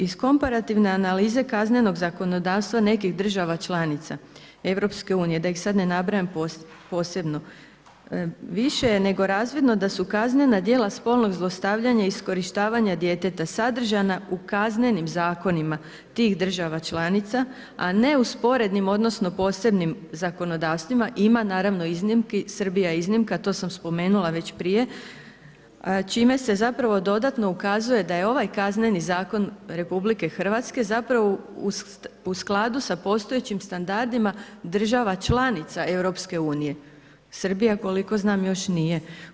Iz komparativne analize kaznenog zakonodavstva nekih država članica EU, da ih sad ne nabrajam posebno, više je nego razvidno da su kaznena djela spolnog zlostavljanja i iskorištavanja djeteta sadržana u Kaznenim zakonima tih država članica, a ne u sporednim, odnosno posebnim zakonodavstvima, ima naravno iznimki, Srbija je iznimka, to sam spomenula već prije, čime se zapravo dodatno ukazuje da je ovaj Kazneni zakon RH zapravo u skladu sa postojećim standardima država članica EU, Srbija koliko znam još nije.